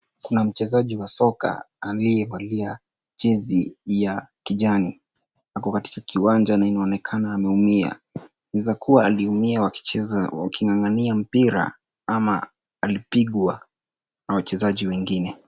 Kuna mchezaji wa soka aliyevalia jezi ya kijani. Ako katika kiwanja na anaonekana ameumia. Anaweza kuwa aliumia wakicheza wakingangania mpira ama alipigwa na wachezaji wengine.